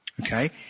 Okay